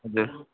हजुर